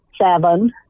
seven